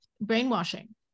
brainwashing